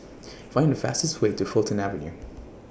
Find The fastest Way to Fulton Avenue